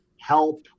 help